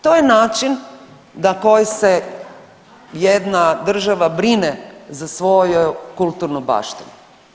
To je način na koji se jedna država brine za svoju kulturnu baštinu.